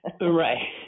right